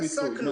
עסקנו, הלאה.